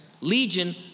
Legion